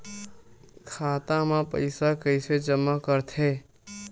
खाता म पईसा कइसे जमा करथे?